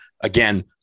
Again